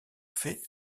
fait